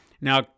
Now